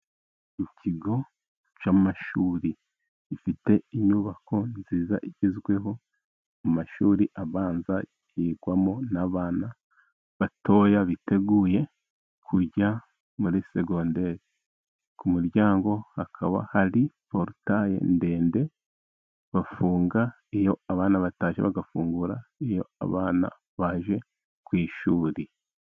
Ikigo cy'amashuri gifite inyubako nziza igezweho, mu mashuri abanza yigwamo n'abana batoya, biteguye kujya muri segondere, ku muryango hakaba hari porutaye ndende bafunga iyo abana batashye, bagafungura iyo abana baje ku ishuri.